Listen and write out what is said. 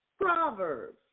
Proverbs